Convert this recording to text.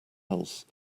else